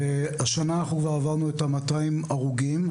והשנה אנחנו כבר עברנו את ה-200 הרוגים,